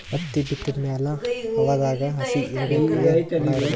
ಹತ್ತಿ ಬಿತ್ತದ ಮ್ಯಾಲ ಹವಾದಾಗ ಹಸಿ ಇರಬೇಕಾ, ಏನ್ ಒಣಇರಬೇಕ?